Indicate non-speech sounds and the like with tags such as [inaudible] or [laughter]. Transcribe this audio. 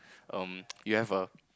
um [noise] you have a